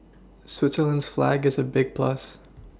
Switzerland's flag is a big plus